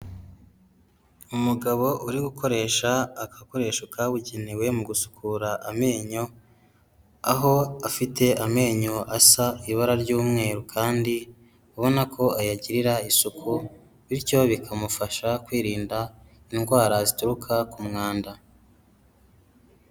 Umugabo uri gukoresha agakoresho kabugenewe mu gusukura amenyo, aho afite amenyo asa ibara ry'umweru kandi ubona ko ayagirira isuku bityo bikamufasha kwirinda indwara zituruka ku mwanda.